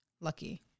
lucky